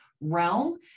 realm